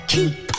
Keep